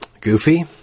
Goofy